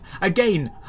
Again